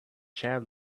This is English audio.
chair